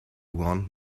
want